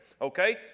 okay